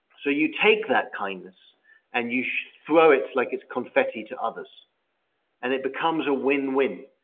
so you take that kindness and you throw it like it's confetti to others and it becomes a win-win.